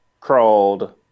crawled